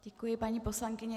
Děkuji, paní poslankyně.